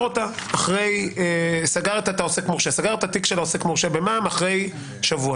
את התיק של עוסק מורשה במע"מ אחרי שבוע.